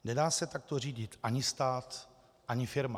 Nedá se takto řídit ani stát ani firma.